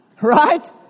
Right